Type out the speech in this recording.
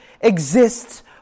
exists